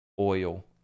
oil